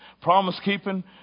promise-keeping